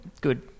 Good